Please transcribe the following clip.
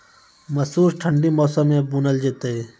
मसूर ठंडी मौसम मे बूनल जेतै?